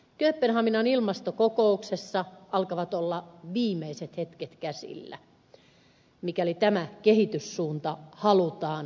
kööpenhaminan ilmastokokouksessa alkavat olla viimeiset hetket käsillä mikäli tämä kehityssuunta halutaan muuttaa